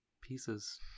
pieces